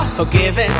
forgiven